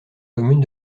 commune